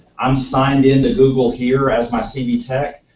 i'm signed into google here as my cdtech.